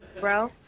bro